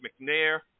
McNair